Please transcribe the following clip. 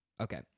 Okay